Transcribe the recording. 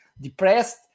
depressed